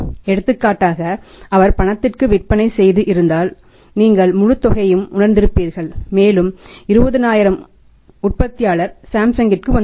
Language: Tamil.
எடுத்துக்காட்டாக அவர் பணத்திற்கு விற்பனை செய்து இருந்தால் நீங்கள் முழுத் தொகையையும் உணர்ந்திருப்பீர்கள் மேலும் 20000 உற்பத்தியாளர் சாம்சங்கிற்கு வந்திருக்கும்